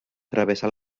travessa